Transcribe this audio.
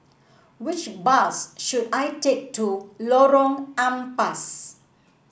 which bus should I take to Lorong Ampas